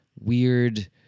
weird